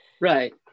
Right